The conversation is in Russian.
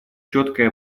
четкое